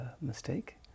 mistake